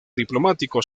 diplomático